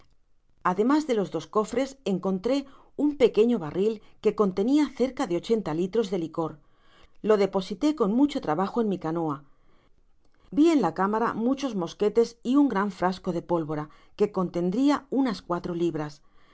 ademas de los dos cofres encontré un pequeño barril que contenia cerca de ochenta litros de licor lo deporté con mucho trabajo en mi canoa vi en la cámara muchos mosquetes y un gran frasco de pólvora que contendria unas cuatro libras los